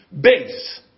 Base